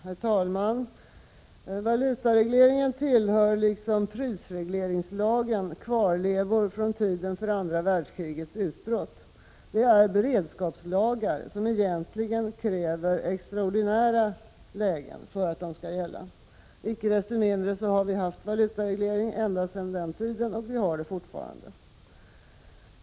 Herr talman! Valutaregleringen är liksom prisregleringslagen en kvarleva från tiden för andra världskrigets utbrott. Det är fråga om beredskapslagar som egentligen kräver extraordinära lägen för att de skall gälla. Icke desto mindre har vi haft valutareglering ända sedan den tiden, och vi har det fortfarande.